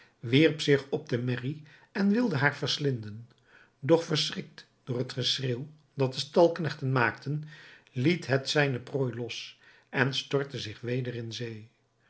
wierp zich op de merrie en wilde haar verslinden doch verschrikt door het geschreeuw dat de stalknechten maakten liet het zijne prooi los en stortte zich weder in zee